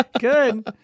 Good